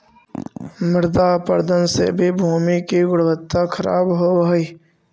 मृदा अपरदन से भी भूमि की गुणवत्ता खराब होव हई